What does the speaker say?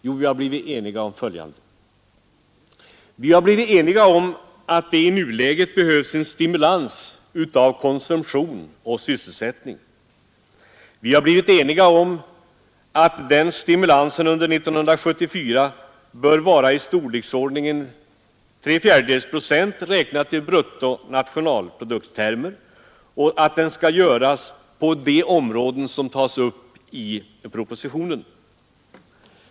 Jo, vi har blivit eniga om följande: Vi har blivit eniga om att det i nuläget behövs en stimulans av konsumtion och sysselsättning. Vi har blivit eniga om att den stimulansen under 1974 bör vara av storleksordningen tre fjärdedels procent, räknat i bruttonationalproduktstermer och att den skall sättas in på de områden som tas upp i propositionen.